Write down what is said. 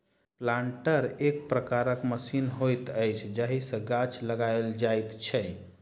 planter एक प्रकारक machine होइत अछि जाहि सॅ गाछ लगाओल जाइत छै